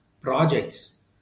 projects